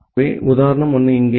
எனவே ஒரு உதாரணம் இங்கே